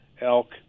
elk